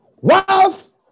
Whilst